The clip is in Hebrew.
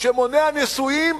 שמונע נישואים